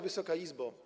Wysoka Izbo!